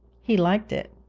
he liked it.